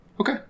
Okay